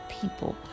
people